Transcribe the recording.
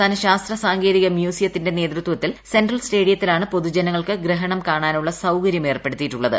സംസ്ഥാന ശാസ്ത്ര സാങ്കേതിക മ്യൂസിയത്തിന്റെ നേതൃത്വത്തിൽ സെൻട്രൽ സ്റ്റേഡിയത്തിലാണ് പൊതുജനങ്ങൾക്ക് ഗ്രഹണം കാണാനുള്ള സൌകര്യം ഏർപ്പെടുത്തിയിട്ടുള്ളത്